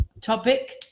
topic